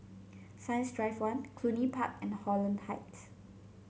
Science Drive One Cluny Park and Holland Heights